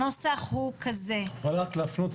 את יכולה רק להפנות?